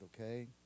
okay